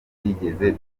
twigeze